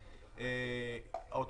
נכון, אבל אוטובוס,